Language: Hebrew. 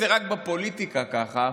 זה רק בפוליטיקה ככה,